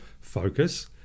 focus